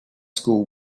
school